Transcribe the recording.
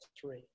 three